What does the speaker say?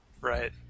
right